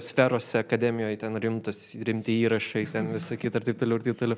sferose akademijoj ten rimtus rimti įrašai ten visa kita ir taip toliau ir taip toliau